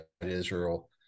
Israel